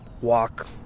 walk